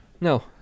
No